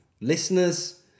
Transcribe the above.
listeners